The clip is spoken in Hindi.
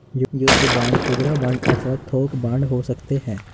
युद्ध बांड खुदरा बांड अथवा थोक बांड हो सकते हैं